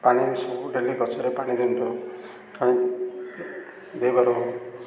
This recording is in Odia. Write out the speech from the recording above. ପାଣି ସବୁ ଡେଲି ଗଛରେ ପାଣି ଦିଅନ୍ତୁ ଦେଇପାରୁ